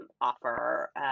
offer